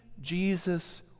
Jesus